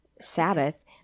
Sabbath